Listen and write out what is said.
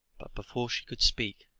but before she could speak,